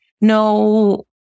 no